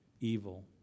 evil